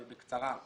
בקצרה.